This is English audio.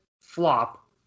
flop